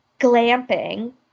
glamping